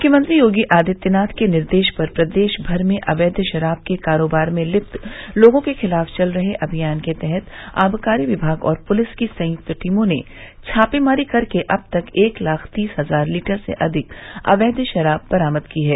मुख्यमंत्री योगी आदित्यनाथ के निर्देश पर प्रदेश भर में अवैध शराब के कारोबार में लिप्त लोगों के खिलाफ चल रहे अभियान के तहत आबकारी विभाग और पुलिस की संयुक्त टीनों ने छापेमारी करके अब तक एक लाख तीस हजार लीटर से अधिक अवैध शराब बरामद की है